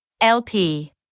LP